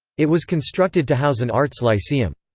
it was constructed to house an arts lyceum.